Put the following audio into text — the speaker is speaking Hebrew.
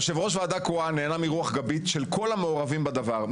יושב ראש ועדה קרואה נהנה מרוח גבית של כל המעורבים בדבר,